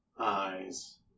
eyes